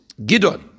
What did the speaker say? Gidon